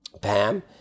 Pam